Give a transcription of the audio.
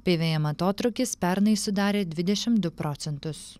pvm atotrūkis pernai sudarė dvidešim du procentus